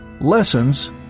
Lessons